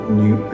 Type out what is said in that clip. new